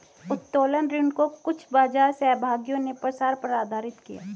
उत्तोलन ऋण को कुछ बाजार सहभागियों ने प्रसार पर आधारित किया